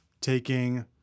taking